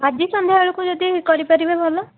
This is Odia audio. ଆଜି ସନ୍ଧ୍ୟାବେଳକୁ ଯଦି କରିପାରିବେ ଭଲ